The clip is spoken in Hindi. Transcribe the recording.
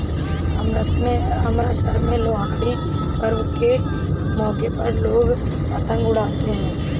अमृतसर में लोहड़ी पर्व के मौके पर लोग पतंग उड़ाते है